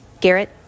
Garrett